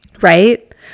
right